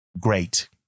great